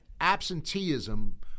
absenteeism